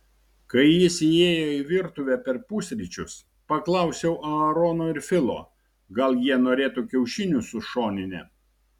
kai jis įėjo į virtuvę per pusryčius paklausiau aarono ir filo gal jie norėtų kiaušinių su šonine